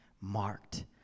marked